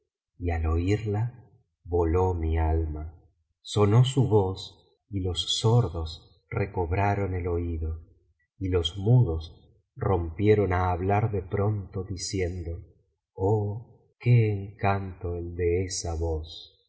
y al oiría voló mi alma sonó su voz y los sordos recobraron el oído y los mudos rompieron á hablar de pronto diciendo oh qué encanto el de esa voz